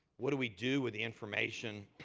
what do we do with the information,